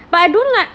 but I don't like